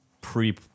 pre